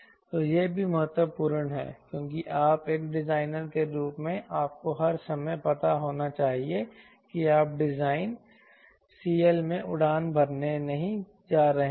तो यह भी महत्वपूर्ण है क्योंकि आप एक डिजाइनर के रूप में आपको हर समय पता होना चाहिए कि आप डिजाइन CL में उड़ान भरने नहीं जा रहे हैं